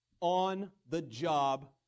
on-the-job